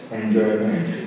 enjoyment